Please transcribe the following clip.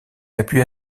appuya